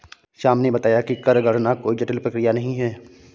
श्याम ने बताया कि कर गणना कोई जटिल प्रक्रिया नहीं है